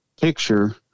picture